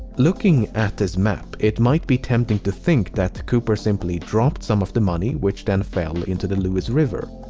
looking at this map, it might be tempting to think that cooper simply dropped some of the money, which then fell into the lewis river.